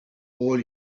all